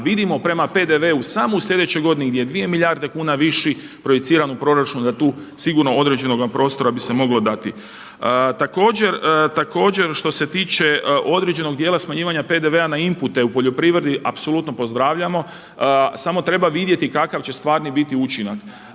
vidimo prema PDV-u samo u slijedećoj godini gdje je 2 milijarde kuna više projiciran u proračunu da tu sigurno određenog vam prostora bi se moglo dati. Također, što se tiče određenog djela smanjivanja PDV-a na inpute u poljoprivredi apsolutno pozdravljamo. Samo treba vidjeti kakva će stvarni biti učinak.